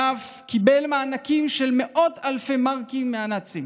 ואף קיבל מענקים של מאות אלפי מארקים מהנאצים.